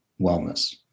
wellness